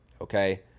Okay